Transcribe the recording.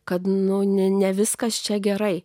kad nu ne ne viskas čia gerai